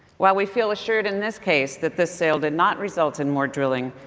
while we feel assured in this case that the sale did not result in more drilling,